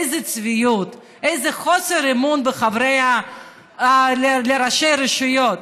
איזו צביעות, איזה חוסר אמון בראשי רשויות.